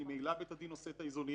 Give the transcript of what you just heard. ממילא בית הדין עושה את האיזונים.